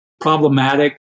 problematic